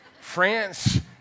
France